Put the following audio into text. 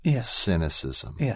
cynicism